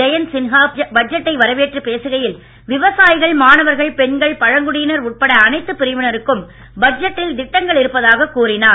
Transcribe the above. ஜெயந்த் சின்ஹா பட்ஜெட்டை வரவேற்றுப் பேசுகையில் விவசாயிகள் மாணவர்கள் பெண்கள் பழங்குடியினர் உட்பட அனைத்துப் பிரிவினருக்கும் பட்ஜெட்டில் திட்டங்கள் இருப்பதாக்க் கூறினார்